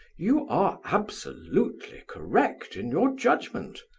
you are absolutely correct in your judgment.